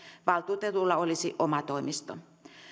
valtuutetulla olisi oma toimisto